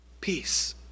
peace